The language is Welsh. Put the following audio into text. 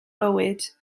fywyd